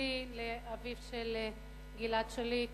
כהבטחתי לאביו של גלעד שליט,